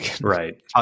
right